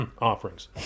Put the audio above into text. offerings